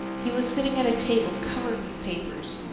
he was sitting at a table covered with papers.